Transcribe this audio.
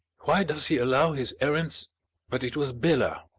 why does he allow his errands but it was bela,